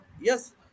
yes